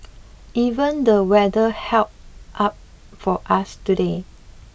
even the weather held up for us today